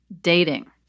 dating